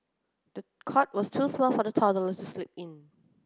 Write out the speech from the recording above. the cot was too small for the toddler to sleep in